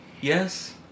Yes